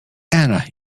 anna